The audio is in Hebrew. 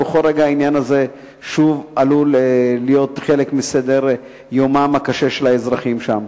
בכל רגע העניין הזה שוב עלול להיות חלק מסדר-יומם הקשה של האזרחים שם.